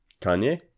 Kanye